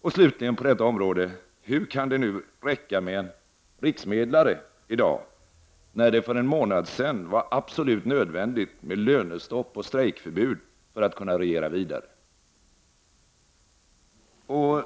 Och en sista fråga på detta område: Hur kan det i dag räcka med en riksmedlare, när det för en månad sedan var absolut nödvändigt med lönestopp och strejkförbud för att kunna regera vidare?